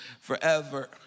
forever